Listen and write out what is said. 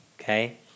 Okay